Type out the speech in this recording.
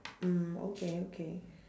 mm okay okay